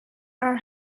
are